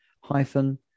hyphen